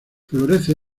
florece